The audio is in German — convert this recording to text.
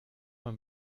man